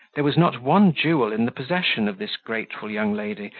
there was not one jewel in the possession of this grateful young lady,